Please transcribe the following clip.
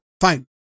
fine